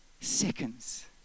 Seconds